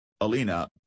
Alina